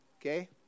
okay